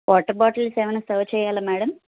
water bottles ఏమన్న serve చేయాలా madam